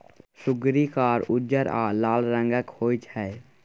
सुग्गरि कार, उज्जर आ लाल रंगक होइ छै